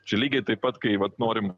čia lygiai taip pat kai vat norim